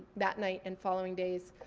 that night and following days